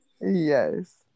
Yes